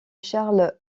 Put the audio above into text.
charles